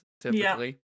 Typically